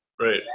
Right